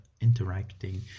interacting